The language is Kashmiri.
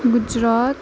گُجرات